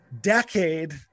decade